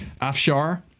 Afshar